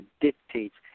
dictates